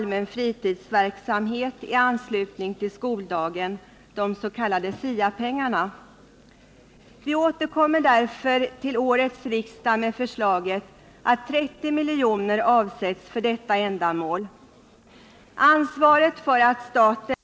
2. godkänna de riktlinjer som i propositionen förordats i fråga om dels lärartjänster i yrkesinriktade ämnen vid skolväsendet i kommun, dels förordnanden av timlärare, 1. uttala sig för en inriktning av den kommunala vuxenutbildningen som innebar b) att nya demokratiska mål för undervisningen formulerades, varvid man utgick från de vuxenstuderandes behov,